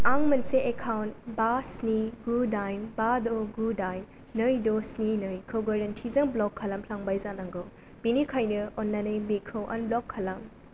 आं मोनसे एकाउन्ट बा स्नि गु दाइन बा द' गु दाइन नै द' स्नि नै खौ गोरोन्थिजों ब्ल'क खालामफ्लांबाय जानांगौ बेनिखायनो अन्नानै बेखौ आनब्ल'क खालाम